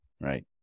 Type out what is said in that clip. Right